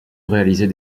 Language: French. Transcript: réaliser